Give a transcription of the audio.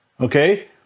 Okay